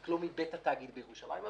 רק לא מבית התאגיד בירושלים.